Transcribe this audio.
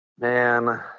man